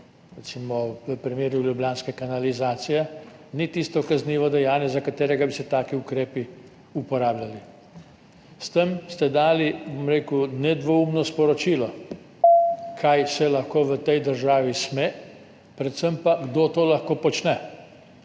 v primeru ljubljanske kanalizacije, ni tisto kaznivo dejanje, za katero bi se taki ukrepi uporabljali. S tem ste dali, bom rekel, nedvoumno sporočilo, kaj se v tej državi sme, predvsem pa, kdo to lahko počne,